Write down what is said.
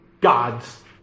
God's